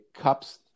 cups